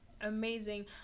Amazing